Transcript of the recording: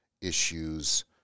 issues